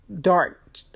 dark